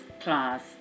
class